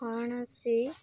କୌଣସି